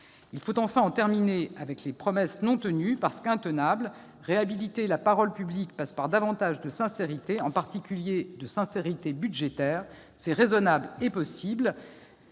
Il faut en terminer avec les promesses non tenues, parce qu'intenables. Réhabiliter la parole publique passe par davantage de sincérité, en particulier en matière budgétaire. C'est raisonnable et possible.